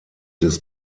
des